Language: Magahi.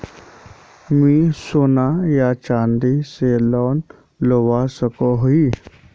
मुई सोना या चाँदी से लोन लुबा सकोहो ही?